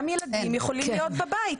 גם ילדים יכולים להיות בבית.